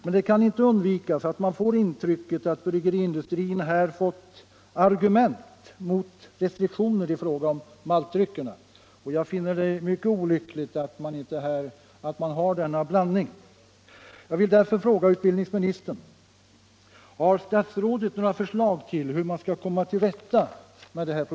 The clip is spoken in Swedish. Men det kan inte undvikas att man får intrycket att bryggeriindustrin här fått argument mot restriktioner i fråga om maltdrycker.